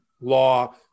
law